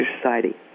Society